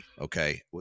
okay